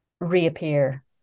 reappear